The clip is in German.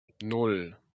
nan